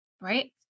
right